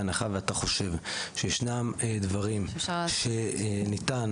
בהנחה ואתה חושב שישנם דברים שניתן